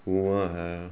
کنواں ہے